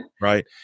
right